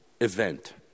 event